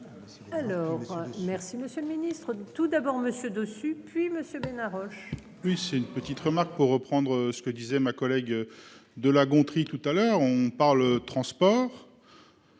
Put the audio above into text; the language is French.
Alors merci monsieur. Le ministre du tout d'abord Monsieur dessus puis monsieur Ménard Roche. Oui c'est une petite remarque pour reprendre ce que disait ma collègue. De La Gontrie tout à l'heure on parle le transport.